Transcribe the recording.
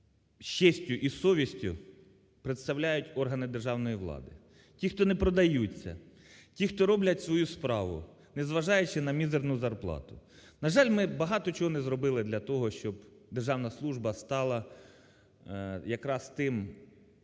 з честю і совістю представляють органи державної влади, ті, хто не продаються, ті, хто роблять свою справу, незважаючи, на мізерну зарплату. На жаль, ми багато чого не зробили для того, щоб державна служба стала якраз тим